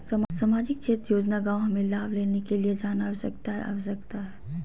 सामाजिक क्षेत्र योजना गांव हमें लाभ लेने के लिए जाना आवश्यकता है आवश्यकता है?